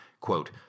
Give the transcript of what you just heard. quote